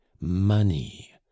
money